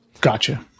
Gotcha